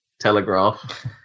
telegraph